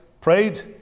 prayed